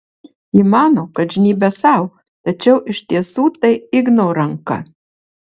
ji mano kad žnybia sau tačiau iš tiesų tai igno ranka